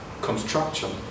construction